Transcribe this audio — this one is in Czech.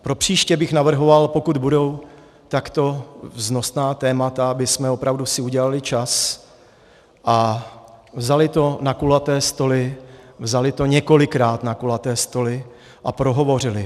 Propříště bych navrhoval, pokud budou takto vznosná témata, abychom si opravdu udělali čas a vzali to na kulaté stoly, vzali to několikrát na kulaté stoly a prohovořili.